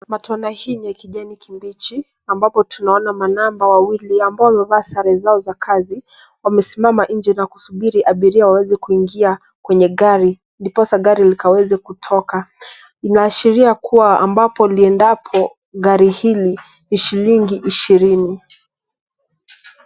Matatu hii ni ya kijani kibichi ambapo tunaona manamba wawili ambao wamevaa sare zao za kazi; wamesimama nje na kusubiri abiria waweze kuingia kwenye gari ndiposa gari likaweze kutoka. Inaashiria kuwa ambapo liendapo gari hili ni shilingi ishirini.